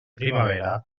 primavera